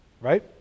Right